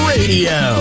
Radio